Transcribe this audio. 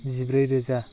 जिब्रै रोजा